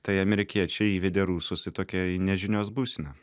tai amerikiečiai įvedė rusus į tokią į nežinios būseną